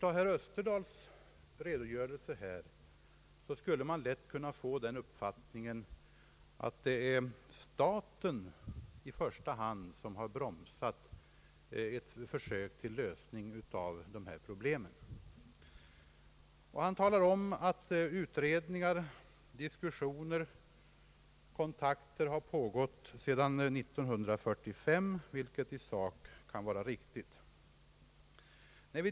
Av herr Österdahls redogörelse här skulle man lätt kunna få den uppfattningen att det i första hand är staten som har bromsat ett försök till lösning av dessa problem. Herr Österdahl talar om att utredningar, diskussioner och kontakter har pågått sedan 1945, vilket i sak kan vara riktigt.